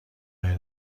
داری